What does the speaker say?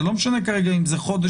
וזה לא משנה כרגע אם זה חודש,